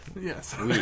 Yes